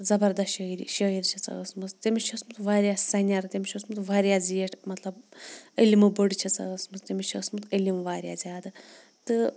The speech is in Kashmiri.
زبردَس شٲعری شٲعر چھےٚ سۄ ٲسمٕژ تٔمِس چھِ اوسمُت واریاہ سَنٮ۪ر تٔمِس چھِ اوسمُت واریاہ زیٖٹھ مطلب علمہٕ بٔڑ چھےٚ سۄ ٲسمٕژ تٔمِس چھِ اوسمُت علم واریاہ زیادٕ تہٕ